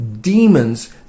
demons